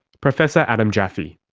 professor adam jaffe.